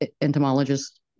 entomologist